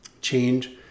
change